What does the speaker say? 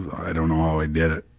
ah i don't know how i did it,